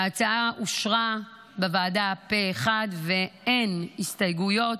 ההצעה אושרה בוועדה בפה אחד ואין הסתייגויות.